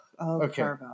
okay